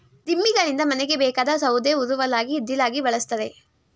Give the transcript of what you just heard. ದಿಮ್ಮಿಗಳಿಂದ ಮನೆಗೆ ಬೇಕಾದ ಸೌದೆ ಉರುವಲಾಗಿ ಇದ್ದಿಲಾಗಿ ಬಳ್ಸತ್ತರೆ